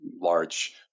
large